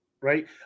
right